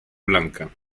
blanca